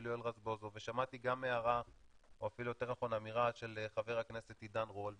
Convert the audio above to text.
יואל רזבוזוב ושמעתי אמירה של חבר הכנסת עידן רול,